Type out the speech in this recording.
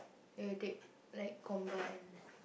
then you take like combined